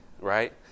right